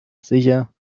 sicher